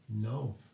No